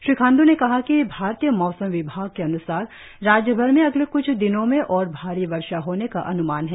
श्री खांड् ने कहा कि भारतीय मौसम विभाग़ के अन्सार राज्यभर में अगले क्छ दिनों में और भारी वर्षा होने का अन्मान है